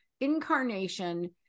incarnation